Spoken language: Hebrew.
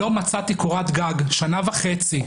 לא מצאתי קורת גג שנה וחצי.